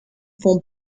font